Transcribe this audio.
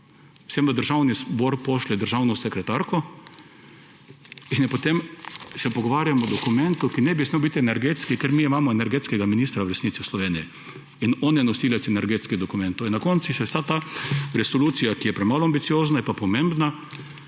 vsem v Državni zbor pošlje državno sekretarko in potem se pogovarjamo o dokumentu, ki ne bi smel biti energetski, ker mi imamo energetskega ministra v resnici v Sloveniji in on je nosilec energetskih dokumentov. In na koncu je še vsa ta resolucija, ki je premalo ambiciozna, je pa pomembna,